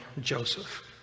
Joseph